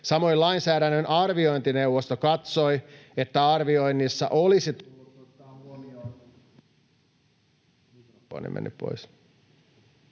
Samoin lainsäädännön arviointineuvosto katsoi, että arvioinnissa olisi tullut ottaa huomioon